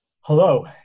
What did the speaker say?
Hello